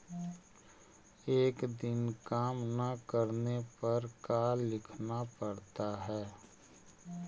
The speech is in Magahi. एक दिन काम न करने पर का लिखना पड़ता है?